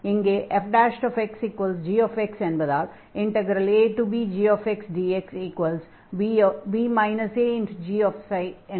இங்கே fxg என்பதால் abgxdxb agξ என்று மாறும்